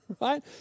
Right